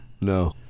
No